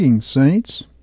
Saints